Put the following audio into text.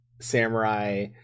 samurai